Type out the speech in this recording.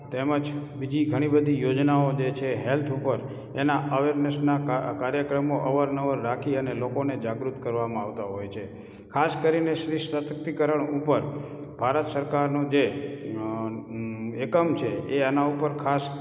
તેમજ બીજી ઘણી બધી યોજનાઓ છે જે હૅલ્થ ઉપર એના અવેરનેસના કાર્યક્રમો અવાર નવાર રાખી અને લોકોને જાગૃત કરવામાં અવતા હોય છે ખાસ કરીને સ્ત્રી સશક્તિકરણ ઉપર ભારત સરકારનું જે એકમ છે એ એનાં ઉપર ખાસ